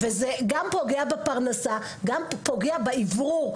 וזה גם פוגע בפרנסה, גם פוגע באוורור.